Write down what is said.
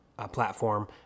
platform